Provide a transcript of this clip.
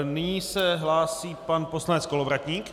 Nyní se hlásí pan poslanec Kolovratník.